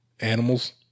animals